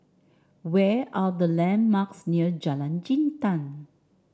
where are the landmarks near Jalan Jintan